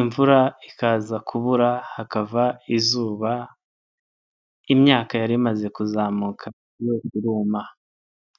imvura ikaza kubura hakava izuba, imyaka yari imaze kuzamuka yose iruma.